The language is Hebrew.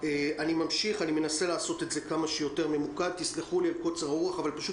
אני לא יודעת אם כולם